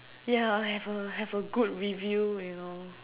yeah have a have a good review you know